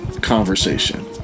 conversation